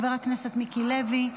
חבר הכנסת מיקי לוי,